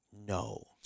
No